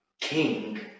king